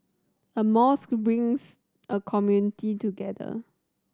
a mosque brings a community together